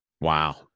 Wow